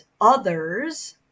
others